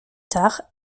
tard